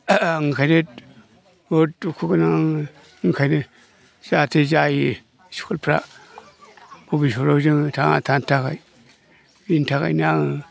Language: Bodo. ओंखायनो बहुद दुखु गोनां ओंखायनो जाहाथे जायो स्कुलफ्रा बबिसतआव जोङो थांना थानो थाखाय बिनि थाखायनो आङो